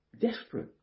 desperate